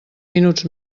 minuts